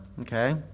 Okay